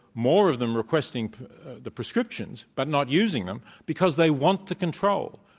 more of them requesting the prescriptions, but not using them, because they want the control.